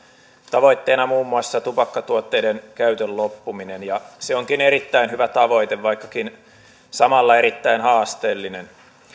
tavoitteena muun muassa tupakkatuotteiden käytön loppuminen ja se onkin erittäin hyvä tavoite vaikkakin samalla erittäin haasteellinen